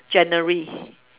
january